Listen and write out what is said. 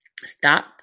Stop